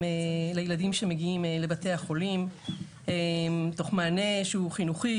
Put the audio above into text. ולילדים שמגיעים לבתי החולים תוך מענה שהוא חינוכי,